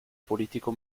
politico